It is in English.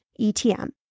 ETM